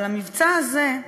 אבל המבצע הזה,